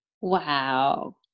wow